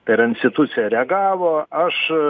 per instituciją reagavo aš